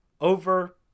over